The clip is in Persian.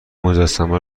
مجسمه